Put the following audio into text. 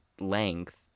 length